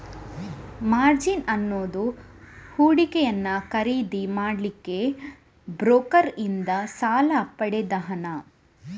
margin ಅನ್ನುದು ಹೂಡಿಕೆಯನ್ನ ಖರೀದಿ ಮಾಡ್ಲಿಕ್ಕೆ ಬ್ರೋಕರನ್ನಿಂದ ಸಾಲ ಪಡೆದ ಹಣ